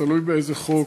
תלוי באיזה חוק.